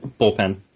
bullpen